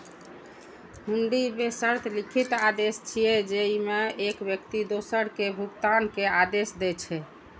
हुंडी बेशर्त लिखित आदेश छियै, जेइमे एक व्यक्ति दोसर कें भुगतान के आदेश दै छै